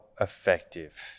effective